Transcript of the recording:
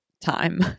time